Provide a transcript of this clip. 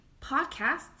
podcasts